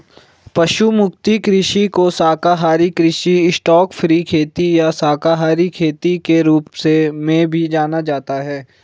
पशु मुक्त कृषि को शाकाहारी कृषि स्टॉकफ्री खेती या शाकाहारी खेती के रूप में भी जाना जाता है